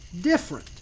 different